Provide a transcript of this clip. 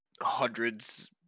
hundreds